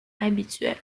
habituels